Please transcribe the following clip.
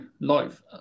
life